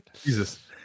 jesus